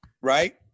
right